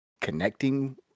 connecting